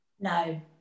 no